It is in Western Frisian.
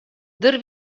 der